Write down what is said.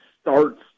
starts